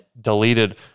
deleted